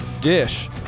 Dish